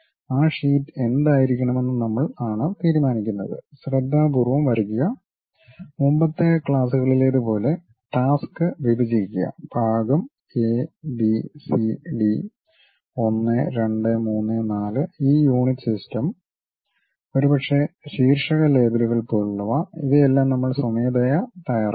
ആ ഷീറ്റ് എന്തായിരിക്കണമെന്ന് നമ്മൾ ആണ് തീരുമാനിക്കുന്നത് ശ്രദ്ധാപൂർവ്വം വരയ്ക്കുക മുമ്പത്തെ ക്ലാസുകളിലേതുപോലെ ടാസ്ക് വിഭജിക്കുക ഭാഗം എ ബി സി ഡി 1 2 3 4 ഈ യൂണിറ്റ് സിസ്റ്റം ഒരുപക്ഷേ ശീർഷക ലേബലുകൾ പോലുള്ളവ ഇവയെല്ലാം നമ്മൾ സ്വമേധയാ തയ്യാറാക്കുന്നു